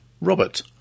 Robert